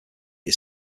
his